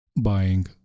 buying